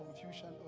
confusion